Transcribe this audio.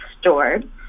stored